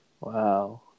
Wow